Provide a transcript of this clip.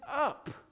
up